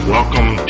Welcome